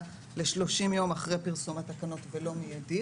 ל-30 יום אחרי פרסום התקנות ולא מיידית.